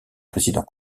président